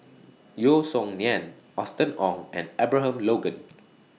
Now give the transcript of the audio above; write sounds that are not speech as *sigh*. Yeo Song Nian Austen Ong and Abraham Logan *noise*